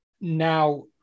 Now